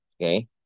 okay